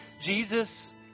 Jesus